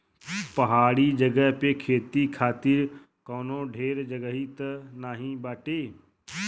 पहाड़ी जगह पे खेती खातिर कवनो ढेर जगही त नाही बाटे